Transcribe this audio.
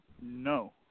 No